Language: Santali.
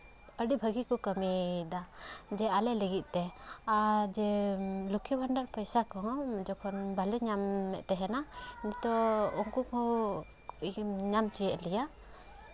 ᱟᱹᱰᱤ ᱵᱷᱟᱹᱜᱤ ᱠᱚ ᱠᱟᱹᱢᱤᱭᱮᱫᱟ ᱡᱮ ᱟᱞᱮ ᱞᱟᱹᱜᱤᱫ ᱛᱮ ᱟᱨ ᱡᱮ ᱞᱚᱠᱽᱠᱷᱤ ᱵᱷᱟᱱᱰᱟᱨ ᱯᱚᱭᱥᱟ ᱠᱚᱦᱚᱸ ᱡᱚᱠᱷᱚᱱ ᱵᱟᱞᱮ ᱧᱟᱢᱮᱫ ᱛᱟᱦᱮᱸᱱᱟ ᱱᱤᱛᱳᱜ ᱩᱱᱠᱩ ᱠᱚ ᱧᱟᱢ ᱦᱚᱪᱚᱭᱮᱫ ᱞᱮᱭᱟ